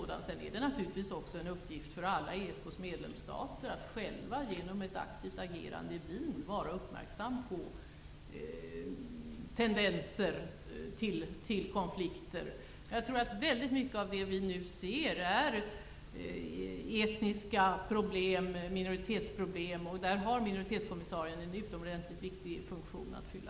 Det är naturligtvis också en uppgift för alla ESK:s medlemsstater att genom ett aktivt agerande i Wien vara uppmärksamma på tendenser till konflikter. Jag tror att väldigt mycket av det vi nu ser är etniska problem och minoritetsproblem. Där har minoritetskommissarien en utomordentligt viktig funktion att fylla.